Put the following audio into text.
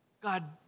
God